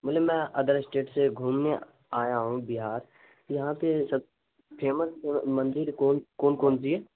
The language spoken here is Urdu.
بولے میں ادر اسٹیٹ سے گھومنے آیا ہوں بہار یہاں پہ سب فیمس مندر کون کون کون سی ہے